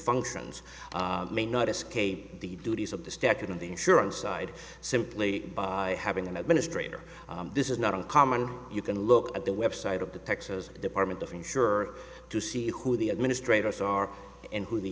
functions may not escape the duties of this decade in the insurance side simply having an administrator this is not uncommon you can look at the website of the texas department of insurer to see who the administrators are and who the